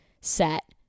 set